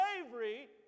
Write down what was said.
slavery